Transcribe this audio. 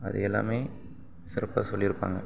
அது எல்லாமே சிறப்பாக சொல்லி இருப்பாங்க